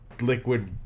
liquid